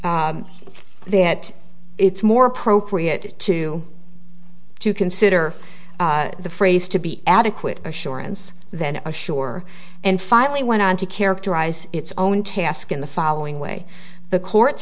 said that it's more appropriate to to consider the phrase to be adequate assurance than a sure and finally went on to characterize its own task in the following way the court